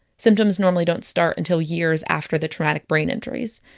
symptoms normally don't start until years after the traumatic brain injuries.